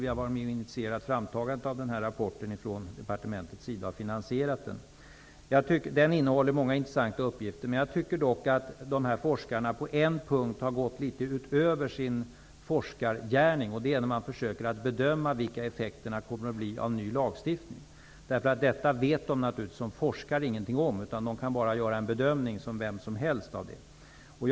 Vi på departementet har varit med om att initiera framtagandet av den här rapporten och vi har finansierat den. Den innehåller många intressanta uppgifter. Jag tycker dock att forskarna på en punkt har gått litet utöver sin forskargärning, nämligen när de försöker bedöma vilka effekterna av en ny lagstiftning kommer att bli. Detta vet de naturligtvis som forskare ingenting om, utan de kan bara göra en bedömning av det som vem som helst skulle kunna göra.